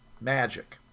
magic